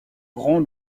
grand